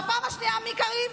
בפעם השנייה מי, קריב?